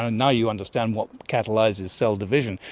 ah and now you understand what catalyses cell division,